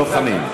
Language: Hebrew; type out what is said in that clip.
דב חנין.